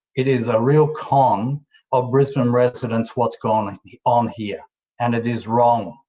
it is a real con of brisbane um residents, what's gone on here and it is wrong.